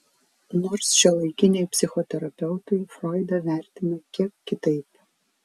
nors šiuolaikiniai psichoterapeutai froidą vertina kiek kitaip